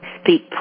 speak